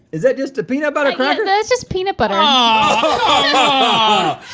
is that just a peanut butter cracker? that's just peanut butter. ah